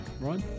right